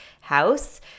house